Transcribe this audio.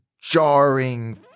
jarring